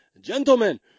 Gentlemen